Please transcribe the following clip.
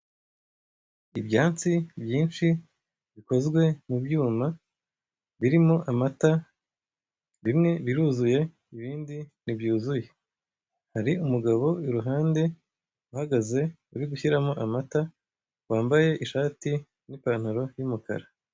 Ibyansi byinshi bikozwe mu byuma birimo amata bimwe biruzuye ibindi ntibyuzuye, hari umugabo i ruhande uhagaze uri gushyiramo amata wambaye ishati n'ipantaro y'umukara.